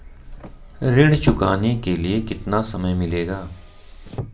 ऋण चुकाने के लिए कितना समय मिलेगा?